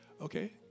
Okay